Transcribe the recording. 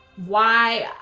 why?